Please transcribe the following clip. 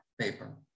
paper